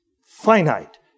finite